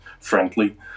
friendly